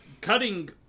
cutting